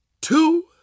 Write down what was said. two